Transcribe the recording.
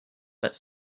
but